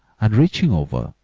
and reaching over,